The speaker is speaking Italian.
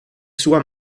sua